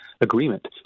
agreement